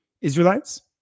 Israelites